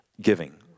giving